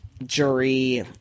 jury